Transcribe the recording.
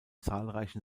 zahlreichen